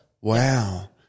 Wow